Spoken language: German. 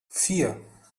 vier